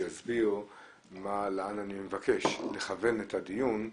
אני אסביר לאן אני מבקש לכוון את הדיון,